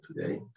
today